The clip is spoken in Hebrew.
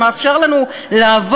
שמאפשר לנו לעבור,